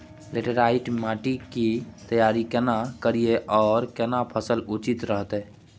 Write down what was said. Laterite माटी की तैयारी केना करिए आर केना फसल उचित रहते?